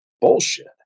bullshit